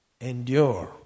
Endure